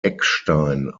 eckstein